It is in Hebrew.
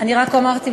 אני רק אמרתי,